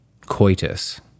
coitus